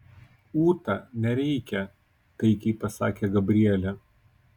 ūta nereikia taikiai pasakė gabrielė